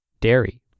dairy